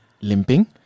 limping